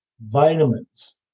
vitamins